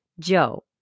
Joe